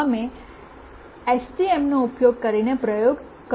અમે એસટીએમનો ઉપયોગ કરીને પ્રયોગ કર્યો છે